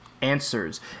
answers